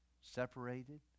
separated